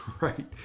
Right